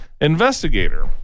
investigator